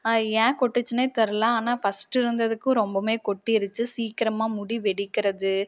ஏன் கொட்டுச்சுனே தெரில ஆனால் ஃபஸ்ட்டு இருந்ததுக்கும் ரொம்பவுமே கொட்டிருச்சு சீக்கிரமாக முடி வெடிக்கிறது